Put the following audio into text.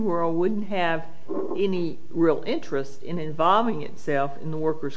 world wouldn't have any real interest in involving itself in the workers